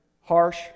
harsh